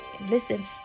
listen